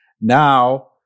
Now